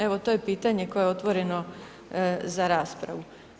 Evo to je pitanje koje je otvoreno za raspravu.